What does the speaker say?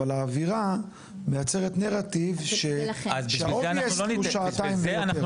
אבל האווירה מייצרת נרטיב שהברור הוא שעתיים ויותר.